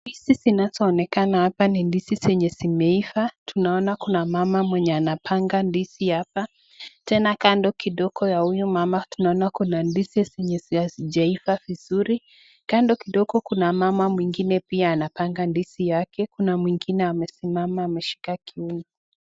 Ndizi zinaonekana hapa ni ndizi zimeiva tunaona Kuna mama mwenye anapanga ndizi hapa tena kando kidogo ya huyo mama tena tunaona Kuna ndizi zenye hazijaiva vizuri kando kidogo Kuna mama mwingine pia anapanga ndizi yake Kuna mwingine amesimama ameshika kiuno.